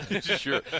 Sure